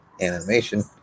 animation